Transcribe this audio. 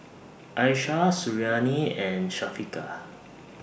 Aishah Suriani and Syafiqah